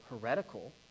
heretical